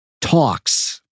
talks